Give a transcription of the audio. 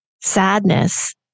Sadness